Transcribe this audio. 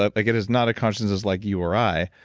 like like it is not a consciousness like you or i,